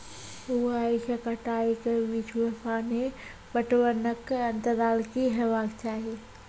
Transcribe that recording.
बुआई से कटाई के बीच मे पानि पटबनक अन्तराल की हेबाक चाही?